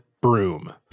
broom